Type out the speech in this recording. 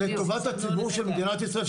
לטובת הציבור של מדינת ישראל,